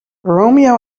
romeo